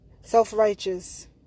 self-righteous